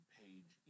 page